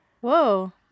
Whoa